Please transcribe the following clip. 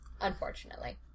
unfortunately